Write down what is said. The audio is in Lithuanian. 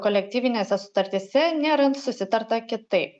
kolektyvinėse sutartyse nėra susitarta kitaip